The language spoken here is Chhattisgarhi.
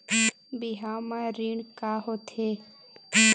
बिहाव म ऋण का होथे?